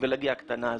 הפריבילגיה הקטנה הזאת.